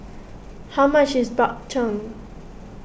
how much is Bak Chang